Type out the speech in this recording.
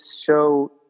show